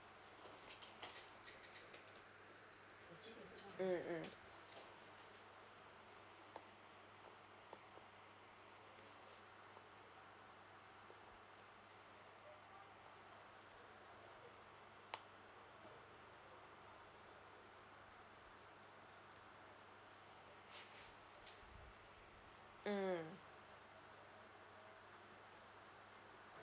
mm mm mm